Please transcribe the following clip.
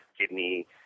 kidney